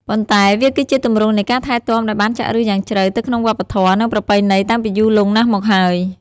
ប៉ុន្តែវាគឺជាទម្រង់នៃការថែទាំដែលបានចាក់ឫសយ៉ាងជ្រៅទៅក្នុងវប្បធម៌ និងប្រពៃណីតាំងពីយូរលង់ណាស់មកហើយ។